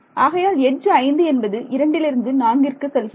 ஆகையால் எட்ஜ் 5 என்பது இரண்டிலிருந்து நான்கிற்கு செல்கிறது